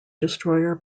destroyer